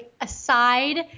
aside